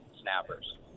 snappers